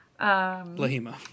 Lahima